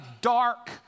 dark